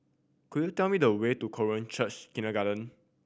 could you tell me the way to Korean Church Kindergarten